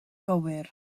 gywir